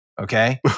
Okay